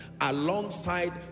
alongside